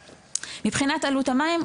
מבחינת עלות המים,